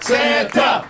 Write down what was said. Santa